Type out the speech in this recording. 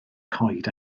coed